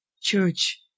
church